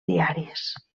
diàries